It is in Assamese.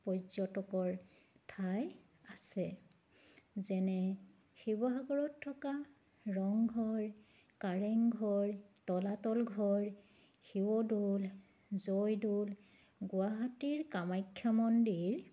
পৰ্যটকৰ ঠাই আছে যেনে শিৱসাগৰত থকা ৰংঘৰ কাৰেংঘৰ তলাতল ঘৰ শিৱদৌল জয়দৌল গুৱাহাটীৰ কামাখ্যা মন্দিৰ